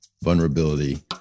vulnerability